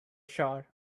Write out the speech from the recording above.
saw